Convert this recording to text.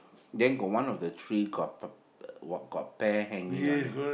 then got one of the tree got p~ uh got pear hanging on